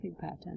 pattern